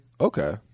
Okay